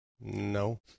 No